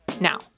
Now